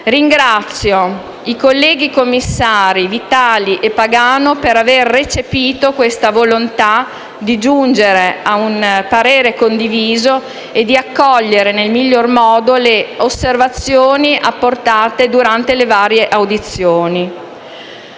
Ringrazio i colleghi commissari Vitali e Pagano per aver recepito questa volontà di giungere a un parere condiviso e di accogliere nel modo migliore le osservazioni apportate durante le varie audizioni.